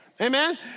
Amen